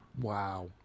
Wow